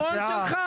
היתרון שלך,